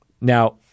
Now